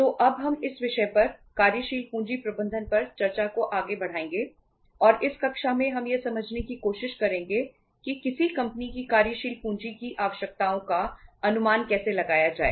तो अब हम इस विषय पर कार्यशील पूंजी प्रबंधन पर चर्चा को आगे बढ़ाएंगे और इस कक्षा में हम यह समझने की कोशिश करेंगे कि किसी कंपनी की कार्यशील पूंजी की आवश्यकताओं का अनुमान कैसे लगाया जाए